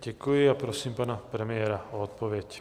Děkuji a prosím pan premiéra o odpověď.